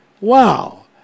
wow